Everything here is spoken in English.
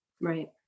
Right